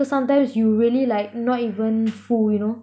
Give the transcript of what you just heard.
cause sometimes you really like not even full you know